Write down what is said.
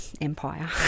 empire